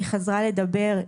היא חזרה לדבר.